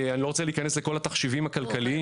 אני לא רוצה להיכנס לכל התחשיבים הכלכליים.